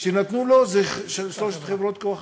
שנתנו לו היו של שלוש חברות כוח-אדם.